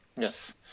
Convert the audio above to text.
Yes